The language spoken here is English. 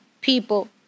people